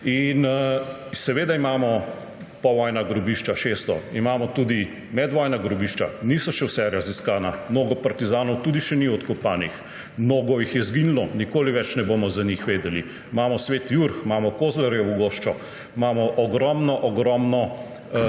Seveda imamo povojna grobišča, 600. Imamo tudi medvojna grobišča, niso še vsa raziskana, mnogo partizanov tudi še ni odkopanih, mnogo jih je izginilo, nikoli ne bomo več za njih vedeli. Imamo Svetega Urha, imamo Kozlerjevo goščo, imamo ogromno ogromno